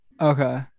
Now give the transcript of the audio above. Okay